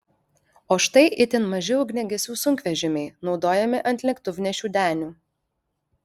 o štai itin maži ugniagesių sunkvežimiai naudojami ant lėktuvnešių denių